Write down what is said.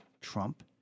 Trump